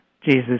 Jesus